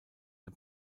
ein